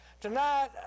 tonight